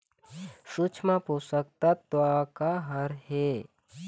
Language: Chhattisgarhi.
सूक्ष्म पोषक तत्व का हर हे?